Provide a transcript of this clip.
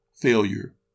Failure